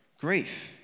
grief